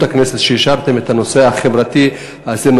הכנסת על שאישרתם את הנושא החברתי הזה,